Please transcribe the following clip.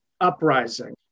uprising